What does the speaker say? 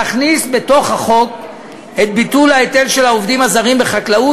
להכניס לחוק את ביטול ההיטל של העובדים הזרים בחקלאות,